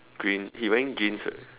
green he wearing green shirt